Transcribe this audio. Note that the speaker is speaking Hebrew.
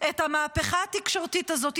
את המהפכה התקשורתית הזאת,